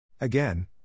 Again